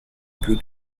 più